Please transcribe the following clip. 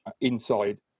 inside